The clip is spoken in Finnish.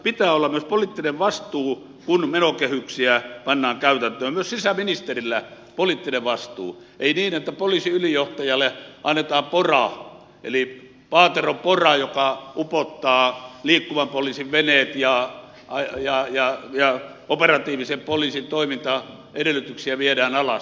pitää olla myös poliittinen vastuu kun menokehyksiä pannaan käytäntöön myös sisäministerillä poliittinen vastuu ei niin että poliisiylijohtajalle annetaan pora eli paatero pora joka upottaa liikkuvan poliisin veneet ja operatiivisen poliisin toimintaedellytyksiä viedään alas